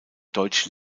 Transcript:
deutsch